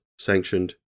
sanctioned